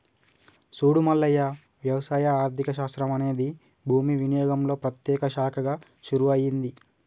సూడు మల్లయ్య వ్యవసాయ ఆర్థిక శాస్త్రం అనేది భూమి వినియోగంలో ప్రత్యేక శాఖగా షురూ అయింది